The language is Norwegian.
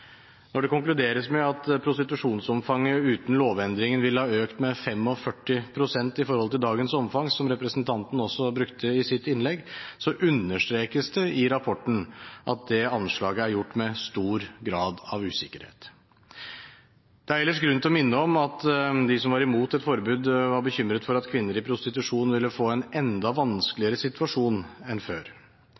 Når det konkluderes med at prostitusjonsomfanget uten lovendringen ville ha økt med 45 pst. i forhold til dagens omfang, som representanten også refererte til i sitt innlegg, understrekes det i rapporten at det anslaget er gjort med stor grad av usikkerhet. Det er ellers grunn til å minne om at de som var imot et forbud, var bekymret for at kvinner i prostitusjon ville få en enda vanskeligere situasjon enn før.